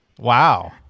Wow